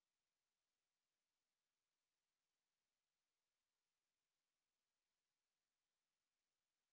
okay now I understand we're both in different rooms so actually there's more avenue to talk because you actually got to discuss